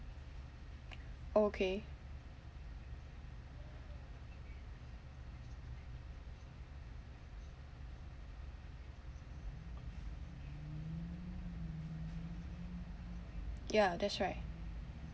okay ya that's right